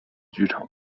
剧场